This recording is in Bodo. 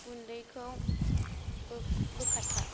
गुन्दैखौ बोखारफा